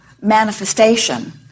manifestation